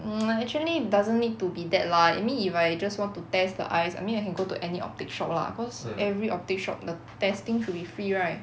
um but actually doesn't need to be that lah me I mean if I just want to test the eyes I mean I can go to any optic shop lah cause every the shop the testing should be free right